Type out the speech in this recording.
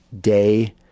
day